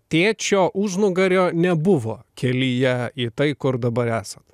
tėčio užnugario nebuvo kelyje į tai kur dabar esat